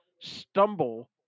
stumble